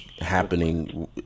happening